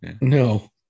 No